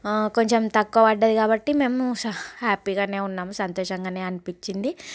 కొంచెం తక్కువ వడ్డది కాబట్టి మేము స హ్యాపిగానే ఉన్నాము సంతోషంగానే అనిపించింది